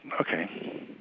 okay